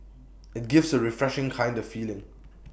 IT gives A refreshing kind of feeling